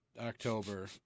October